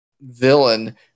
villain